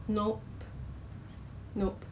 did something to the masks or what lah then